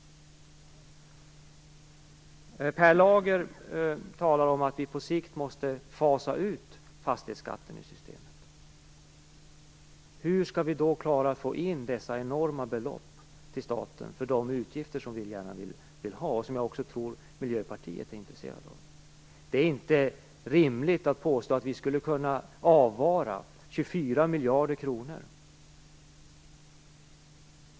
Per Lager talade om att vi på sikt måste fasa ut fastighetsskatten ur systemet. Hur skall vi då klara av att få in dessa enorma belopp till staten för de utgifter som vi gärna vill ha och som jag också tror att Miljöpartiet är intresserade av. Det är inte rimligt att påstå att vi skulle kunna avvara 24 miljarder kronor.